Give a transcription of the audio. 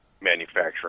manufacturing